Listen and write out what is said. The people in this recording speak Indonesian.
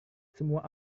semua